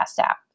app